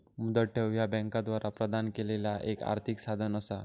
मुदत ठेव ह्या बँकांद्वारा प्रदान केलेला एक आर्थिक साधन असा